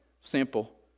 simple